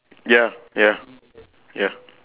ya ya ya